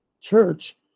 church